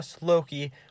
Loki